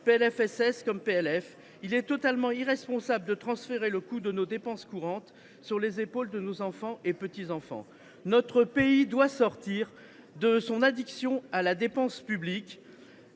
PLFSS ou du PLF. Il est totalement irresponsable de transférer le coût de nos dépenses courantes sur les épaules de nos enfants et petits enfants. Notre pays doit sortir de son addiction à la dépense publique.